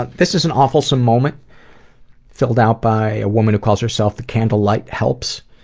ah this is an awfulsome moment filled out by a woman who calls herself the candlelighthelps.